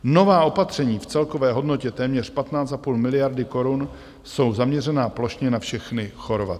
Nová opatření v celkové hodnotě téměř 15,5 miliardy korun jsou zaměřena plošně na všechny Chorvaty.